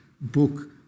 book